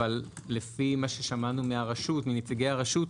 אבל לפי מה ששמענו מהרשות, מנציגי הרשות,